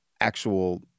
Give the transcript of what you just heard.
actual